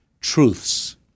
truths